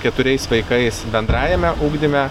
keturiais vaikais bendrajame ugdyme